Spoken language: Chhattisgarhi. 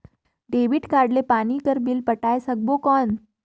डेबिट कारड ले पानी कर बिल पटाय सकबो कौन?